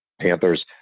Panthers